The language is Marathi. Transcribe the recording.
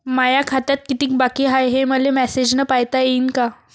माया खात्यात कितीक बाकी हाय, हे मले मेसेजन पायता येईन का?